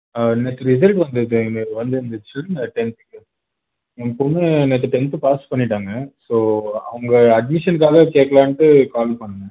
ஆ நேற்று ரிசல்ட் வந்துது எங்களுக்கு வந்துருந்துச்சு இந்த டென்த்துக்கு ஏன் பொண்ணு நேற்று டென்த்து பாஸ் பண்ணிவிட்டாங்க ஸோ அவங்க அட்மிஷனுக்காக கேட்கலான்ட்டு கால் பண்ணேன்